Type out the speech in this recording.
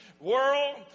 World